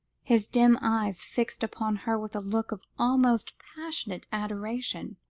his dim eyes fixed upon her with a look of almost passionate adoration.